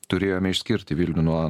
turėjome išskirti vilnių nuo